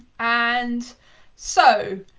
and so,